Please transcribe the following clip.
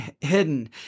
hidden